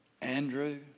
Andrew